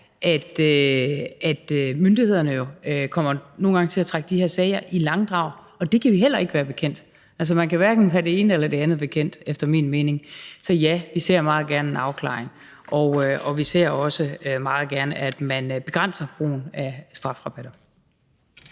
at myndighederne nogle gange kommer til at trække de her sager i langdrag, og det kan vi heller ikke være bekendt. Man kan efter min mening hverken være det ene eller det andet bekendt. Så ja: Vi ser meget gerne en afklaring, og vi ser også meget gerne, at man begrænser brugen af strafrabatter.